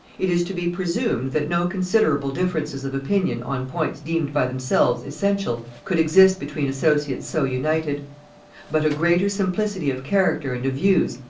it is to be presumed that no considerable differences of opinion on points deemed by themselves essential could exist between associates so united but a greater simplicity of character and of views,